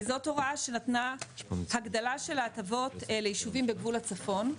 וזאת הוראה שנתנה הגדלה של ההטבות לישובים בגבול הצפון.